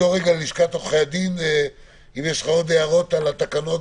ברגע שיש לך כרטיס וזה מה שנוח לך תשתמש בו והכול בסדר.